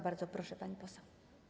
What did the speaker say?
Bardzo proszę, pani poseł.